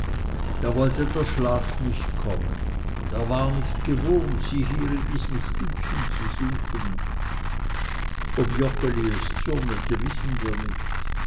da wollte der schlaf nicht kommen er war nicht gewohnt sie hier in diesem stübchen zu suchen ob joggeli es zürnete wissen wir nicht